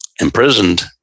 imprisoned